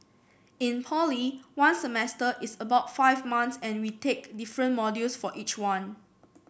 in poly one semester is about five months and we take different modules for each one